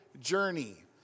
journey